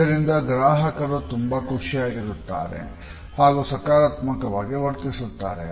ಇದರಿಂದ ಗ್ರಾಹಕರು ತುಂಬಾಖುಷಿಯಾಗುತ್ತಾರೆ ಹಾಗು ಸಕಾರಾತ್ಮಕವಾಗಿ ವರ್ತಿಸುತ್ತಾರೆ